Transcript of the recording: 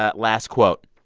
ah last quote.